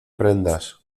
prendas